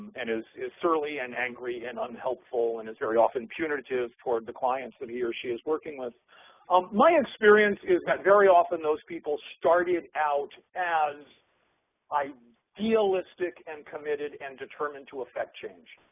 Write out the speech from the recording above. and is is surly and angry and unhelpful, and is very often punitive toward the clients that he or she is working with um my experience is that very often those people started out as idealistic and committed and determined to affect change.